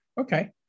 Okay